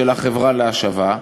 של החברה להשבה,